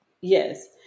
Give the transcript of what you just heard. Yes